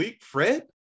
Fred